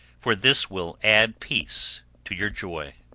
for this will add peace to your joy.